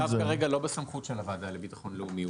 הצו כרגע לא בסמכות של הוועדה לביטחון לאומי,